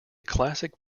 classic